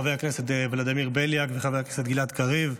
חבר הכנסת ולדימיר בליאק וחבר הכנסת גלעד קריב,